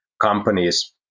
companies